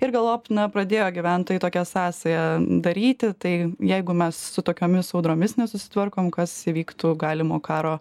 ir galop na pradėjo gyventojai tokią sąsają daryti tai jeigu mes su tokiomis audromis nesusitvarkom kas įvyktų galimo karo